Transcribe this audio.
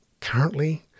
currently